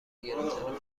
گرفتن